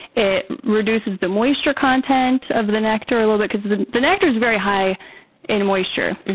it reduces the moisture content of the nectar a little bit, because the the nectar is very high in moisture.